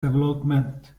development